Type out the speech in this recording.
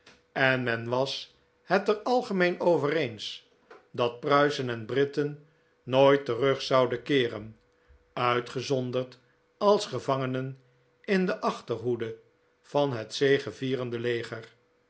en men was het er algemeen over eens dat pruisen en britten nooit terug zouden keeren uitgezonderd als gevangenen in de achterhoede van het zegevierende leger